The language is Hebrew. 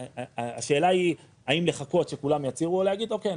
השאלה היא האם לחכות שכולם יצהירו או להגיד אוקיי,